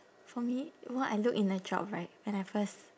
for me what I look in a job right when I first